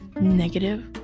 negative